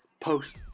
post